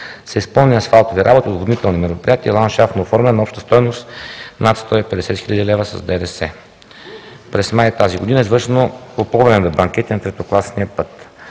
са изпълнени асфалтови работи, отводнителни мероприятия, ландшафтно оформяне на обща стойност над 150 хил. лв. с ДДС. През май тази година е извършено попълване на банкета на третокласния път.